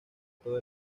todo